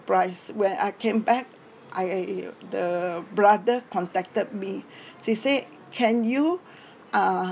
surprised when I came back I the brother contacted me he said can you uh